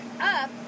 up